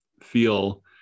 feel